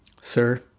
Sir